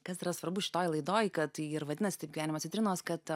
kas yra svarbu šitoj laidoj kad ji ir vadinasi taip gyvenimo citrinos kad